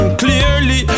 clearly